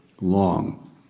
Long